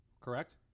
correct